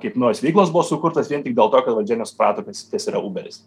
kaip naujos veiklos buvo sukurtos vien tik dėl to kad valdžia nesuprato kas kas yra uberis